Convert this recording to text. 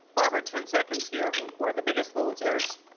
barbara, ten seconds here. who who are the biggest losers?